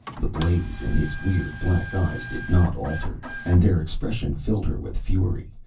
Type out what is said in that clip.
the blaze in his weird black eyes did not alter, and their expression filled her with fury,